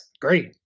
Great